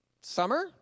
Summer